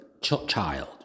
child